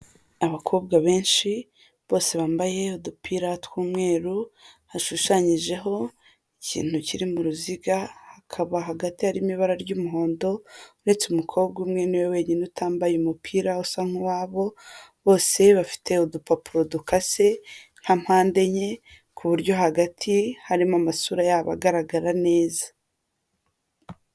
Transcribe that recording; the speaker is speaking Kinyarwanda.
Abakobwa benshi bose bambaye udupira tw'umweru, hashushanyijeho ikintu kiri mu ruziga, hakaba hagati harimo ibara ry'umuhondo, uretse umukobwa umwe ni we wenyine utambaye umupira usa nk'uwabo, bose bafite udupapuro dukase nka mpande enye ku buryo hagati harimo amasura yabo agaragara neza.